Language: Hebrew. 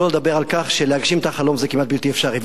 שלא לדבר על כך שלהגשים את החלום זה כמעט בלתי אפשרי.